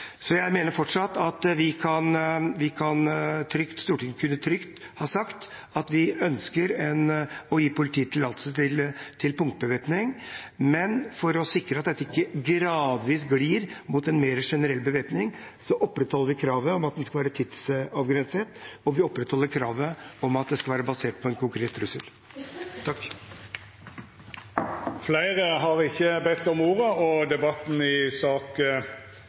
Jeg mener fortsatt at Stortinget trygt kunne ha sagt at vi ønsker å gi politiet tillatelse til punktbevæpning, men at vi for å sikre at dette ikke gradvis glir mot en mer generell bevæpning, opprettholder kravet om at den skal være tidsavgrenset, og kravet om at den skal være basert på en konkret trussel. Fleire har ikkje bedt om ordet i sak